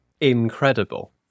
incredible